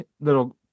little